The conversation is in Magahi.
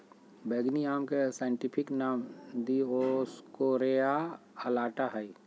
बैंगनी आम के साइंटिफिक नाम दिओस्कोरेआ अलाटा हइ